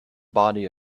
body